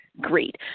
Great